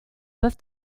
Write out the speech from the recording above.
both